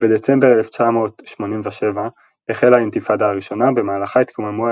בדצמבר 1987 החלה האינתיפאדה הראשונה במהלכה התקוממו